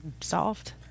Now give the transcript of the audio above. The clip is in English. solved